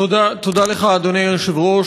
תודה לך, אדוני היושב-ראש.